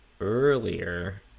Earlier